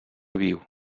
viu